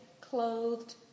clothed